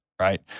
right